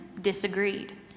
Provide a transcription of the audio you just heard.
disagreed